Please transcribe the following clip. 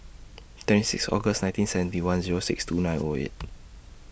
twenty six August nineteen seventy one Zero six two nine O eight